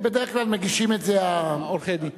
בדרך כלל מגישים את זה, עורכי-הדין.